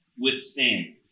withstand